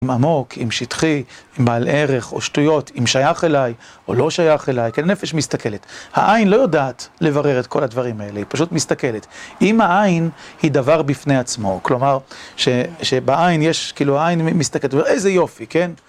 אם עמוק, אם שטחי, אם בעל ערך או שטויות, אם שייך אליי, או לא שייך אליי, כן, הנפש מסתכלת. העין לא יודעת לברר את כל הדברים האלה, היא פשוט מסתכלת. אם העין היא דבר בפני עצמו, כלומר שבעין יש כאילו העין מסתכלת, איזה יופי, כן?